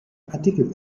partikel